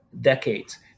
decades